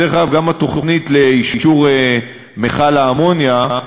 דרך אגב, גם התוכנית לאישור מכל האמוניה,